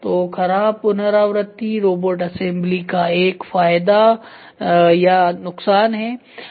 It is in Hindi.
तो खराब पुनरावृति रोबोट असेंबली का एक फायदा या नुकसान है